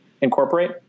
incorporate